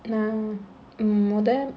now hmm மொத:modha